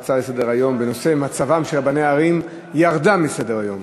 ההצעה בנושא מצבם של רבני ערים ירדה מסדר-היום.